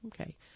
Okay